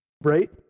right